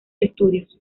estudios